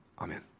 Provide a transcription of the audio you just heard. Amen